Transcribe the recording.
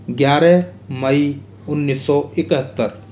ग्यारह मई उन्नीस सौ इकहत्तर